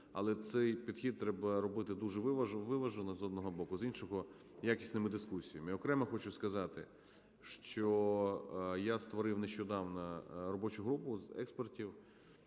Але цей підхід треба робити дуже виважено з одного боку, з іншого якісними дискусіями. Окремо хочу сказати, що я створив нещодавно робочу групу з експертів